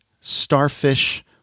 Starfish